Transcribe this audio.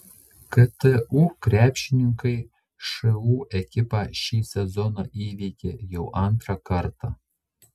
ktu krepšininkai šu ekipą šį sezoną įveikė jau antrą kartą